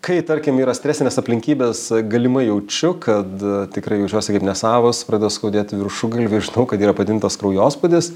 kai tarkim yra stresinės aplinkybes galimai jaučiu kad tikrai jaučiuosi kaip nesavas pradeda skaudėti viršugalvį ir žinau kad yra padidintas kraujospūdis